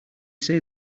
say